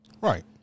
Right